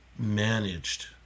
managed